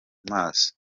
maso